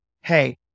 Hey